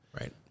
right